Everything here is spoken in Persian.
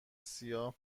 سیاه